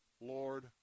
Lord